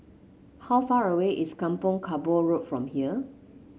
how far away is Kampong Kapor Road from here